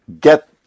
get